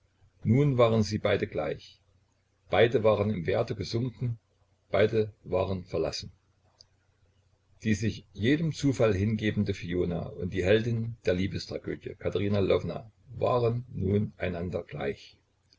nun waren sie beide gleich beide waren im werte gesunken beide waren verlassen die sich jedem zufall hingebende fiona und die heldin der liebestragödie katerina lwowna waren nun einander gleich